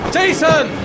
Jason